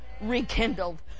rekindled